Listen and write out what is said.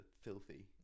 filthy